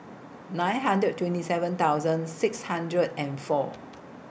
nine hundred twenty seven thousand six hundred and four